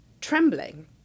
trembling